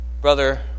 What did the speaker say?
Brother